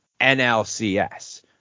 NLCS